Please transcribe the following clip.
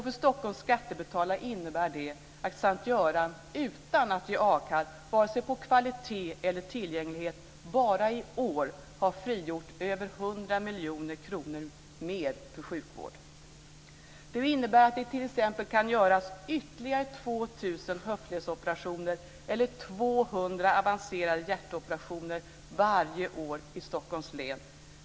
För Stockholms skattebetalare innebär det att S:t Göran utan att ge avkall på vare sig kvalitet eller tillgänglighet bara i år har frigjort över 100 miljoner kronor mer för sjukvård. Det innebär att det t.ex. kan göras ytterligare 2 000 höftledsoperationer eller 200 avancerade hjärtoperationer varje år i Stockholms län.